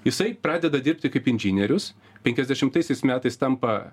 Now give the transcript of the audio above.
jisai pradeda dirbti kaip inžinierius penkiasdešimtaisiais metais tampa